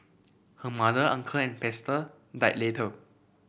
her mother uncle and pastor died later